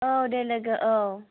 औ दे लोगो औ